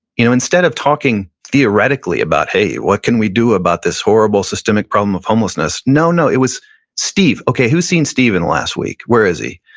you know instead of talking theoretically about, hey, what can we do about this horrible systemic problem of homelessness? no, no, it was steve. okay, who's seen steve in the last week? where is he?